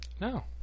No